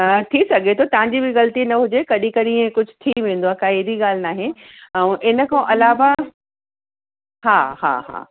थी सघे थो तव्हांजी बि ग़लिती न हुजे कॾहिं कॾहिं इअं कुझु थी वेंदो आहे का अहिड़ी ॻाल्हि नाहे ऐं हिन खां अलावा हा हा हा